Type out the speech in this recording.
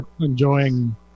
enjoying